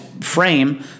frame